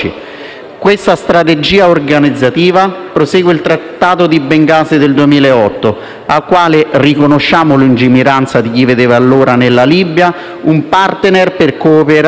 Questa strategia organizzativa fa seguito al Trattato di Bengasi del 2008, al quale riconosciamo la lungimiranza di chi vedeva allora nella Libia un *partner* per cooperare